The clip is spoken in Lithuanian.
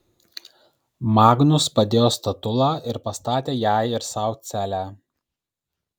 magnus padėjo statulą ir pastatė jai ir sau celę